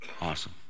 Awesome